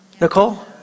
Nicole